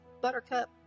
buttercup